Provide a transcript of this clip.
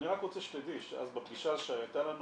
אני רק רוצה שתדעי שאז בפגישה שהייתה לנו